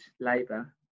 Labour